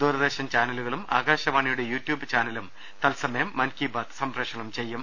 ദൂരദർശൻ ചാനലു കളും ആകാശവാണിയുടെ യൂട്യൂബ് ചാനലും തത്സമയം മൻകിബാത്ത് സംപ്രേഷണം ചെയ്യും